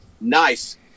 nice